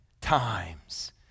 times